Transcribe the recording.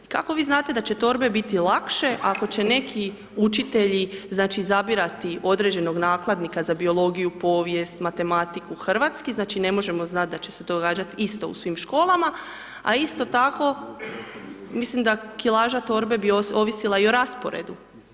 Kako vi znate da će torbe biti lakše ako će neki učitelji znači izabirati određenog nakladnika za biologiju, povijest, matematiku, hrvatski, znači ne možemo znat da će se to događat isto u svim školama, a isto tako mislim da kilaža torbe bi ovisila i o rasporedu.